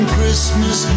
Christmas